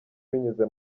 binyuze